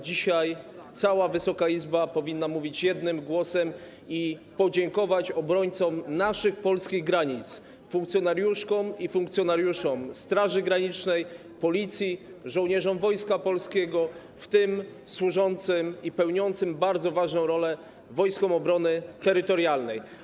Dzisiaj cała Wysoka Izba powinna mówić jednym głosem i podziękować obrońcom naszych, polskich granic, funkcjonariuszkom i funkcjonariuszom Straży Granicznej i Policji i żołnierzom Wojska Polskiego, w tym służącym i pełniącym bardzo ważną funkcję Wojskom Obrony Terytorialnej.